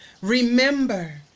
Remember